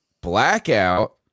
Blackout